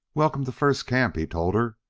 welcome to first camp! he told her.